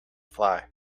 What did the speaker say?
fly